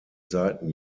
seiten